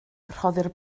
rhoddir